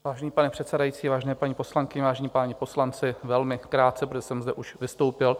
Vážený pane předsedající, vážené paní poslankyně, vážení páni poslanci, velmi krátce, protože jsem zde už vystoupil.